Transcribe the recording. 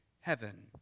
heaven